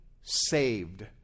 saved